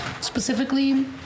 specifically